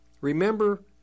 Remember